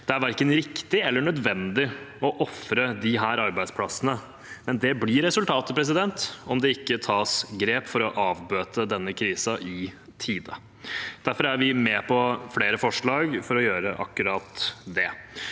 Det er verken riktig eller nødvendig å ofre disse arbeidsplassene, men det blir resultatet om det ikke tas grep for å avbøte denne krisen i tide. Derfor er vi med på flere forslag for å gjøre akkurat det.